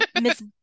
miss